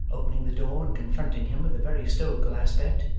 opening the door, and confronting him with a very stoical aspect.